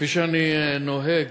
כפי שאני נוהג